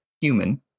human